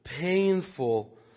painful